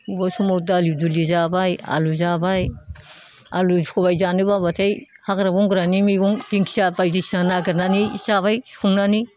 अबा समाव दालि दुलि जाबाय आलु जाबाय आलु सबाय जानो बाब्लाथाय हाग्रा बंग्रानि मैगं दिंखिया बायदिसिना नागिरनानै जाबाय संनानै